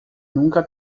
nunca